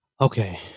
Okay